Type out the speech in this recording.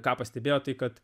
ką pastebėjo tai kad